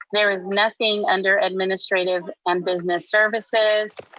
there is nothing under administrative and business services.